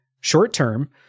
Short-term